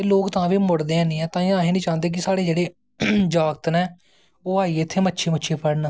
ते लोग तां बी मुड़दे नी हैन ते अस तां नी चांह्दे कि साढ़े जेह्ड़े जागत नै ओह् इत्थें मच्छी फड़न